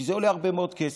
כי זה עולה הרבה מאוד כסף.